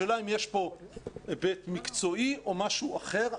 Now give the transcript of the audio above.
השאלה אם יש פה היבט מקצועי או משהו אחר,